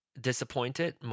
disappointed